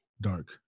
dark